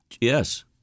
yes